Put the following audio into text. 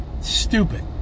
stupid